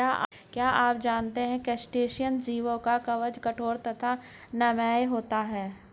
क्या आप जानते है क्रस्टेशियन जीवों का कवच कठोर तथा नम्य होता है?